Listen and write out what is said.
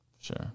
Sure